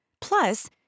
Plus